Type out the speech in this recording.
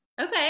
Okay